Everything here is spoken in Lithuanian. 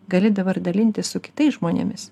gali dabar dalintis su kitais žmonėmis